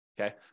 okay